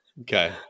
Okay